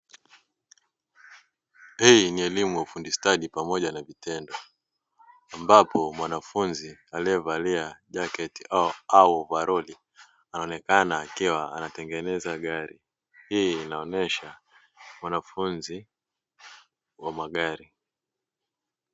Hii ni elimu ya ufundi stadi pamoja na vitendo, ambapo mwanafunzi aliyevalia jaketi au ovaroli anaonekana akiwa anatengeneza gari. Hii inaonesha mwanafunzi wa magari.